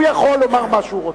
הוא יכול לומר מה שהוא רוצה.